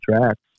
tracks